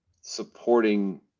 supporting